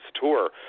tour